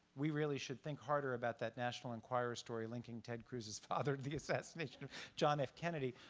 we really should think harder about that national enquirer story linking ted cruz's father to the assassination of john f kennedy,